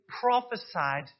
prophesied